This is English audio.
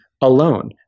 alone